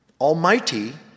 almighty